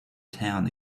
town